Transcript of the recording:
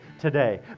today